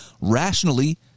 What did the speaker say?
rationally